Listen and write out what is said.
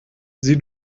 sie